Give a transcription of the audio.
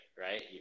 right